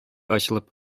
ачылып